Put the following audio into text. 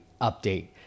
update